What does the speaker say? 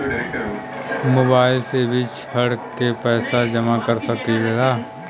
Mobile से भी ऋण के पैसा जमा कर सकी ला?